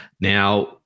Now